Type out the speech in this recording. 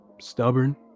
stubborn